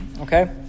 Okay